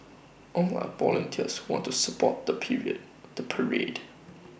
all are volunteers want to support the period the parade